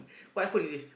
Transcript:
what iPhone is this